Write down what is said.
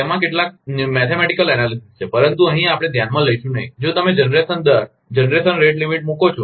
તેમાં કેટલાક ગાણિતિક વિશ્લેષણ છે પરંતુ અહીં આપણે ધ્યાનમાં લઇશું નહીં જો તમે જનરેશન દર મર્યાદા મુકો છો